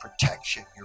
protection